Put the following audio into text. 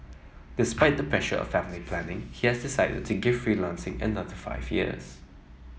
despite the pressure of family planning he has decided to give freelancing another five years